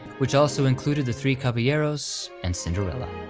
which also included the three caballeros, and cinderella.